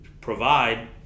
provide